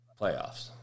playoffs